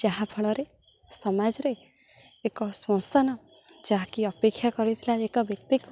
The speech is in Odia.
ଯାହାଫଳରେ ସମାଜରେ ଏକ ଶ୍ମଶାନ ଯାହାକି ଅପେକ୍ଷା କରିଥିଲା ଏକ ବ୍ୟକ୍ତିକୁ